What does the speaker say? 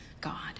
God